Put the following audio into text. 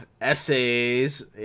Essays